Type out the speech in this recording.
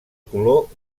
color